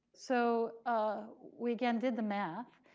so ah we, again, did the math.